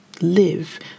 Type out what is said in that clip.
live